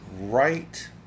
right